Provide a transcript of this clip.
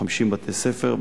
ב-50 בתי-ספר.